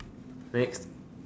next